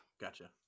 Gotcha